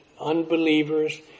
unbelievers